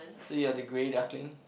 so you're the grey duckling